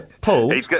Paul